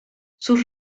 sus